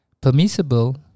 permissible